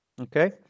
Okay